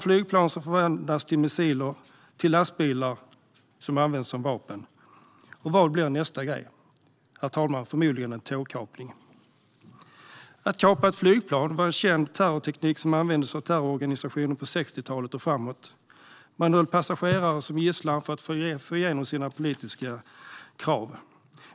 Flygplan förvandlas till missiler, och lastbilar används som vapen - vad blir nästa grej? Förmodligen en tågkapning, herr talman. Att kapa flygplan var en känd terrorteknik som användes av terrororganisationer på 60-talet och framåt. Man höll passagerare som gisslan för att få igenom sina politiska krav.